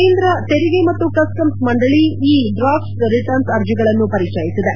ಕೇಂದ್ರ ತೆರಿಗೆ ಮತ್ತು ಕಸ್ವಮ್ಸ್ ಮಂಡಳಿ ಈ ಡ್ರಾಫ್ಟ್ ರಿಟರ್ನ್ಸ್ ಅರ್ಜಿಗಳನ್ನು ಪರಿಚಯಿಸಿದೆ